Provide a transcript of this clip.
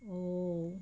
oh